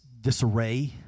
disarray